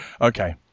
Okay